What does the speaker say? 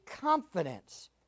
confidence